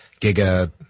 giga